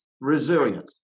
Resilience